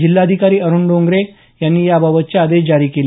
जिल्हाधिकारी अरूण डोंगरे यांनी याबाबतचे आदेश जारी केले